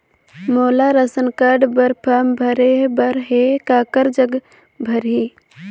मोला ration card बर form भरे बर हे काकर जग भराही?